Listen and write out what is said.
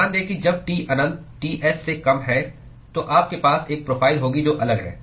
ध्यान दें कि जब T अनंत Ts से कम है तो आपके पास एक प्रोफ़ाइल होगी जो अलग है